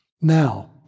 Now